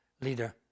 leader